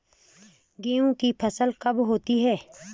गेहूँ की फसल कब होती है?